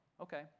Okay